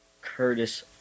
Curtis